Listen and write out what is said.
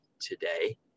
today